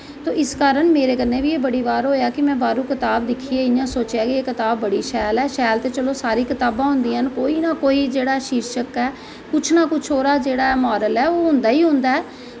ते इस करी मेरे कन्नैं बी एह् बड़ी बार होआ कि में बाह्रों कताब दिक्खी एह् सोचेआ कि एह् कताब बड़ी शैल ऐ शैल चत ेचलो सारियां कताबां होंदियां न कोई जेह्ड़ा शिर्शक ऐ कुश ना कुश ओह्दा मारल होंदा गै होंदा ऐ